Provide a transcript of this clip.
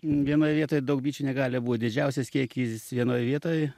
vienoj vietoj daug bičių negali būt didžiausias kiekis vienoj vietoj